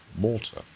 water